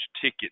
ticket